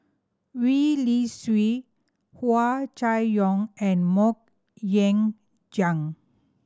Wee Li Sui Hua Chai Yong and Mok Ying Jang